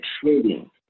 trading